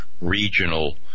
regional